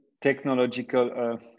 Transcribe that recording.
technological